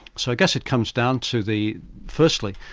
so i guess it comes down to the firstly,